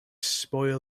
spoil